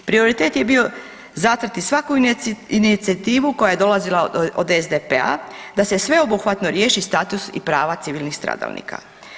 Prioritet je bio zatrti svaku inicijativu koja je dolazila od SDP-a da se sveobuhvatno riješi status i prava civilnih stradalnika.